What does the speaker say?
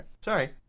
sorry